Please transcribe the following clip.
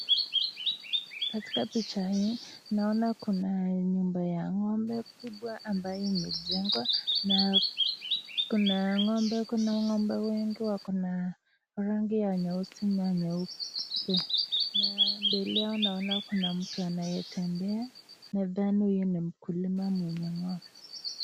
Katika picha hii naona kuna nyumba ya ngo'mbe kubwa ambaye imechengwa, na kuna ngo'mbe ninaona ngo'mbe wengi wako na rangi ya nyeusi na nyeupe na mbele yao naona kuna mtu anaye tembea nadani yeye ni mkulima mwenye ngo'mbe.